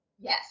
Yes